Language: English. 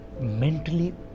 mentally